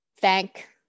thank